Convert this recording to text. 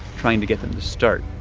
trying to get them to start